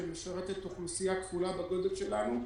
שמשרתת אוכלוסייה כפולה מהגודל שלנו,